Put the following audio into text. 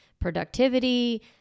productivity